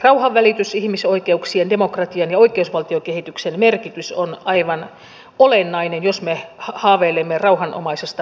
rauhanvälityksen ihmisoikeuksien demokratian ja oikeusvaltiokehityksen merkitys on aivan olennainen jos me haaveilemme rauhanomaisesta tulevaisuudesta